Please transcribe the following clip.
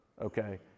okay